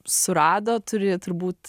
surado turi turbūt